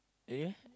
and you eh